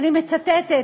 אני מצטטת,